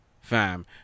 fam